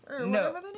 No